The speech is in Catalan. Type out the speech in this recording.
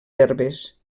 herbes